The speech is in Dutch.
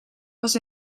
was